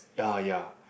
ya ya